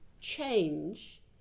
change